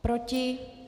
Proti?